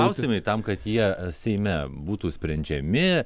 klausimai tam kad jie seime būtų sprendžiami